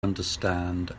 understand